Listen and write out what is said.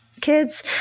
Kids